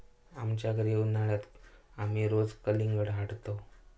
आमच्या घरी उन्हाळयात आमी रोज कलिंगडा हाडतंव